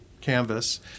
canvas